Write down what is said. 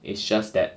it's just that